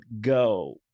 go